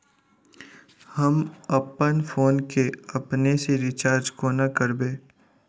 हम अप्पन फोन केँ अपने सँ रिचार्ज कोना करबै?